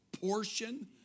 portion